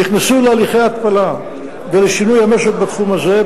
נכנסו להליכי התפלה ולשינוי המשק בתחום הזה,